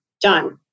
Done